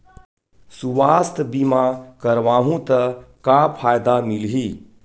सुवास्थ बीमा करवाहू त का फ़ायदा मिलही?